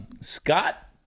Scott